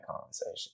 conversation